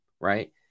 right